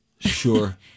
Sure